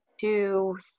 two